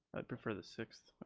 i'd prefer the sixth.